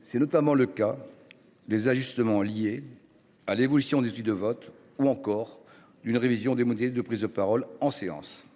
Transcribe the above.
C’est notamment le cas des ajustements liés à l’évolution des outils de vote, ou encore d’une révision des modalités de prise de parole en séance.